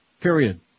Period